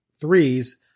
threes